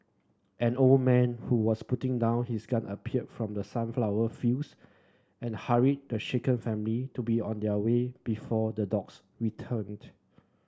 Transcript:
an old man who was putting down his gun appeared from the sunflower fields and hurried the shaken family to be on their way before the dogs returned